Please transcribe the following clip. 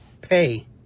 pay